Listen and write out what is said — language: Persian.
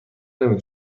نمی